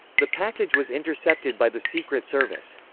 the package was intercepted by the secret service.